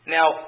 Now